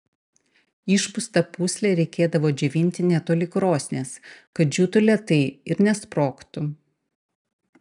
išpūstą pūslę reikėdavo džiovinti netoli krosnies kad džiūtų lėtai ir nesprogtų